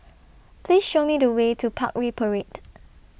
Please Show Me The Way to Parkway Parade